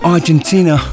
Argentina